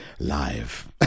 Live